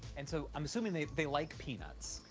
and so, i'm assuming they they like peanuts.